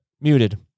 muted